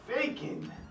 faking